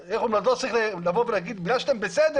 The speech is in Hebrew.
לא צריך לבוא ולהגיד שבגלל שאתם בסדר